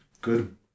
good